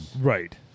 Right